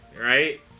right